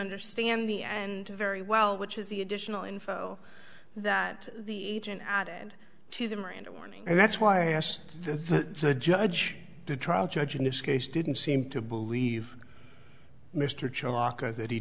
understand the end very well which is the additional info that the agent added to the miranda warning and that's why i asked the judge the trial judge in this case didn't seem to believe mr